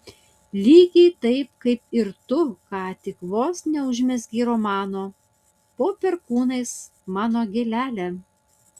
lygiai taip kaip ir tu ką tik vos neužmezgei romano po perkūnais mano gėlele